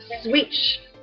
switch